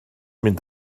mynd